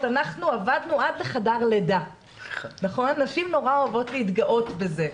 'אנחנו עבדנו עד לחדר לידה' נשים נורא אוהבות להתגאות בזה.